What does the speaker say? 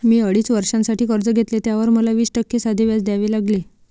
मी अडीच वर्षांसाठी कर्ज घेतले, त्यावर मला वीस टक्के साधे व्याज द्यावे लागले